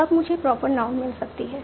तब मुझे proper noun मिल सकती है